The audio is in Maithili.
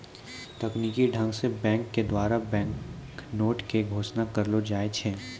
तकनीकी ढंग से बैंक के द्वारा बैंक नोट के घोषणा करलो जाय छै